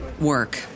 work